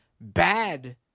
bad